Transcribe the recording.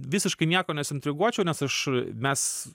visiškai nieko nesuintriguočiau nes aš mes